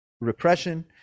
repression